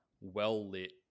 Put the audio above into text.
well-lit